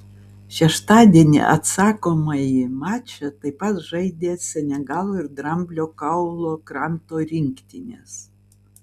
šeštadienį atsakomąjį mačą taip pat žaidė senegalo ir dramblio kaulo kranto rinktinės